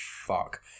fuck